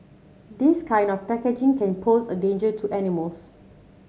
this kind of packaging can pose a danger to animals